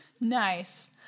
Nice